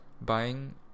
buying